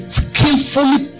skillfully